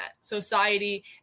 Society